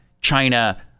China